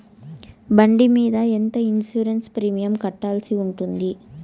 బండి మీద ఎంత ఇన్సూరెన్సు ప్రీమియం కట్టాల్సి ఉంటుంది?